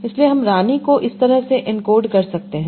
इसलिएहम रानी को इस तरह से एनकोड कर सकते हैं